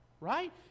right